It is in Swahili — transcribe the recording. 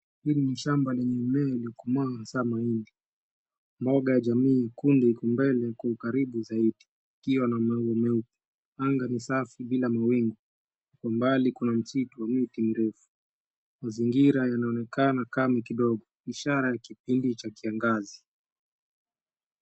Hili ni shamba lenye mimea iliyo komaa hasa mahindi. Mboga ya jamii kunde iko mbele uku karibu zaidi, ikiwa na maumeu . Anga ni safi bila mawingu, kwa mbali kuna msitu na miti mirefu. Mazingira yanaonekana kame kidogo, ishara ya kipindi ya kiangazi.